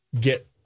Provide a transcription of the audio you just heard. get